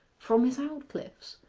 from miss aldclyffe's.